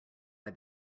why